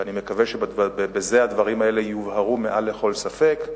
ואני מקווה שבזה הדברים האלה יובהרו מעל לכל ספק.